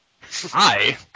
Hi